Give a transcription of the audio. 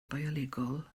biolegol